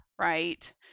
right